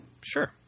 Sure